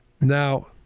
Now